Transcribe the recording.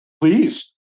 please